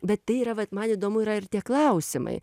bet tai yra vat man įdomu yra ir tie klausimai